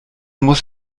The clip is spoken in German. muss